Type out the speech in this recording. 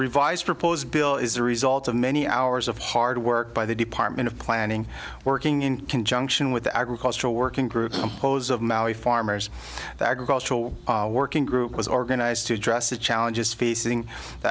revised proposed bill is the result of many hours of hard work by the department of planning working in conjunction with the agricultural working group composed of mallee farmers the agricultural working group was organized to address the challenges piecing th